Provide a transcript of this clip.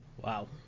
wow